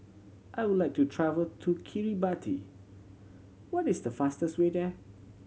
I would like to travel to Kiribati what is the fastest way there